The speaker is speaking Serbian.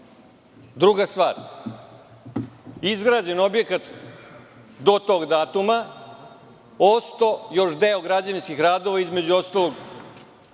stvar, izgrađen objekat do tog datuma, ostao još deo građevinskih radova, između ostalog